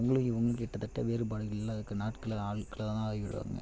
அவங்களுக்கு இவங்களும் கிட்ட தட்ட வேறுபாடுகள் இல்லாததுக்கு நாட்கள்ல ஆட்கள்லாக தான் ஆகிவிடுவாங்க